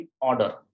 order